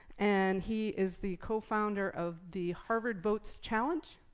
and he is the co-founder of the harvard votes challenge.